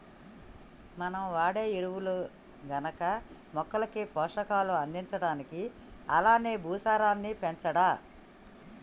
మనం వాడే ఎరువులు గనక మొక్కలకి పోషకాలు అందించడానికి అలానే భూసారాన్ని పెంచడా